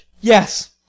Yes